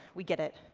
we get it,